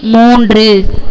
மூன்று